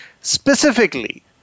specifically